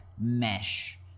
mesh